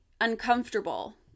uncomfortable